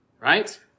Right